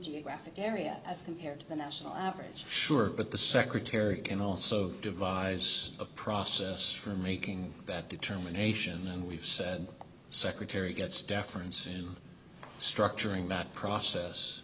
geographic area as compared to the national average sure but the secretary can also devise a process for making that determination and we've said secretary gets deference in structuring that process